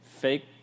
fake